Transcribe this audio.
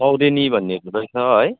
सौरेनी भन्ने पनि रहेछ है